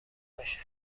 باشه